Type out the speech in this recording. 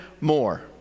more